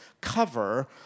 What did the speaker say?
cover